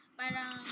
parang